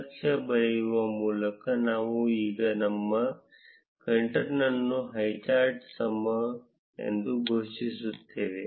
ನಕ್ಷೆ ಬರೆಯುವ ಮೂಲಕ ನಾವು ಈಗ ನಮ್ಮ ಕಂಟೇನರ್ ಅನ್ನು ಹೈಚಾರ್ಟ್ಗೆ ಸಮ ಎಂದು ಘೋಷಿಸುತ್ತೇವೆ